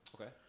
Okay